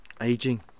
Aging